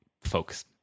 folks